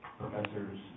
Professors